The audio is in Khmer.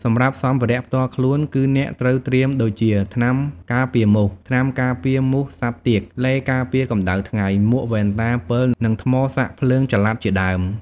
សម្រាប់សម្ភារៈផ្ទាល់ខ្លួន គឺអ្នកត្រូវត្រៀមដូចជា ថ្នាំការពារមូស ថ្នាំការពារមូសសត្វទាក ឡេការពារកម្ដៅថ្ងៃ មួក វ៉ែនតា ពិល និងថ្មសាកភ្លើងចល័ត ជាដើម។